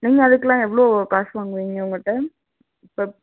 நீங்கள் அதுக்கெலாம் எவ்வளோ காசு வாங்குவீங்க உங்ககிட்ட ப